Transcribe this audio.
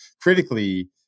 critically